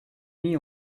mis